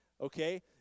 Okay